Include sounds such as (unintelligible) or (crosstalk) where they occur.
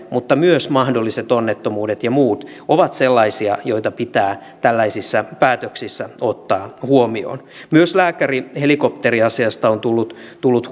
mutta myös mahdolliset onnettomuudet ja muut ovat sellaisia joita pitää tällaisissa päätöksissä ottaa huomioon myös lääkärihelikopteriasiasta on tullut (unintelligible)